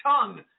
tongue